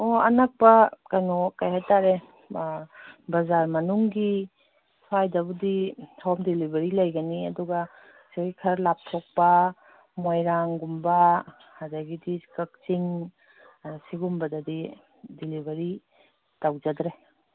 ꯑꯣ ꯑꯅꯛꯄ ꯀꯩꯅꯣ ꯀꯔꯤ ꯍꯥꯏꯇꯥꯔꯦ ꯕꯖꯥꯔ ꯃꯅꯨꯡꯒꯤ ꯁ꯭ꯋꯥꯏꯗꯕꯨꯗꯤ ꯍꯣꯝ ꯗꯤꯂꯤꯕꯔꯤ ꯂꯩꯒꯅꯤ ꯑꯗꯨꯒ ꯁꯤꯗꯒꯤ ꯈꯔ ꯂꯥꯞꯊꯣꯛꯄ ꯃꯣꯏꯔꯥꯡꯒꯨꯝꯕ ꯑꯗꯒꯤꯗꯤ ꯀꯛꯆꯤꯡ ꯁꯤꯒꯨꯝꯕꯗꯗꯤ ꯗꯤꯂꯤꯕꯔꯤ ꯇꯧꯖꯗ꯭ꯔꯦ